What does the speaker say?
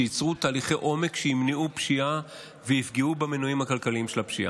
ויצרו תהליכי עומק שימנעו פשיעה ויפגעו במנועים הכלכליים של הפשיעה.